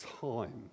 time